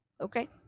Okay